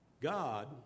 God